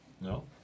no